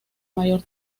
mayor